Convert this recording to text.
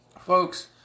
folks